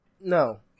no